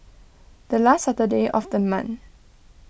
the last Saturday of the month